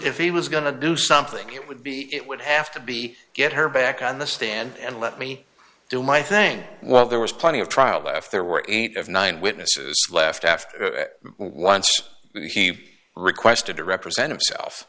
if he was going to do something it would be it would have to be get her back on the stand and let me do my thing well there was plenty of trial left there were eight of nine witnesses left after once he requested to represent himself